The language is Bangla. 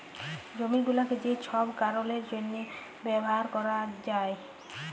জমি গুলাকে যে ছব কারলের জ্যনহে ব্যাভার ক্যরা যায়